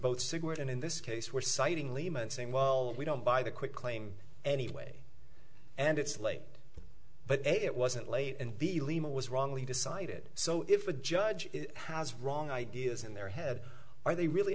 both cigarette and in this case were citing lehman saying well we don't buy the quick claim anyway and it's late but it wasn't late and de lima was wrongly decided so if a judge has wrong ideas in their head are they really